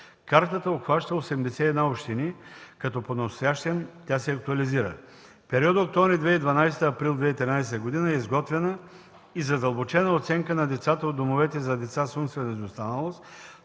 Картата обхваща 81 общини, като понастоящем тя се актуализира. През периода октомври 2012 – април 2013 г. е изготвена и задълбочена оценка на децата от домовете за деца с умствена изостаналост